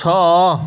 ଛଅ